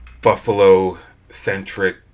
Buffalo-centric